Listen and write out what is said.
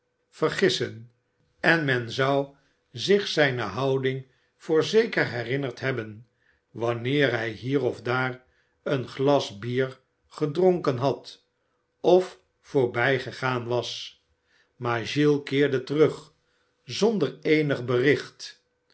vergissen en men zou zich zijne houding voorzeker herinnerd hebben wanneer hij hier of daar een glas bier gedronken had of voorbijgegaan was maar gües keerde terug zonder eenig bericht